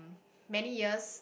many years